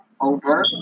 over